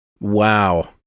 Wow